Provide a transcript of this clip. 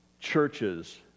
churches